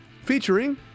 featuring